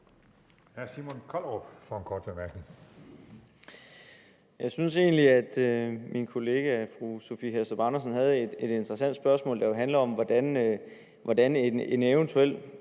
Jeg synes egentlig, at min kollega, fru Sophie Hæstorp Andersen, stillede et interessant spørgsmål, der handlede om, hvordan en eventuel